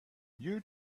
you